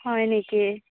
হয় নেকি